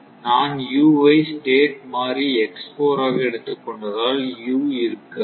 நான் U வை state மாறி ஆக எடுத்துக் கொண்டதால் U இருக்காது